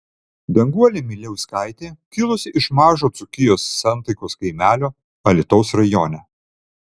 danguolė miliauskaitė kilusi iš mažo dzūkijos santaikos kaimelio alytaus rajone